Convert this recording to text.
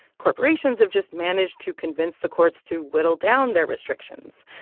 corporations have just managed to convince the courts to whittle down their restrictions.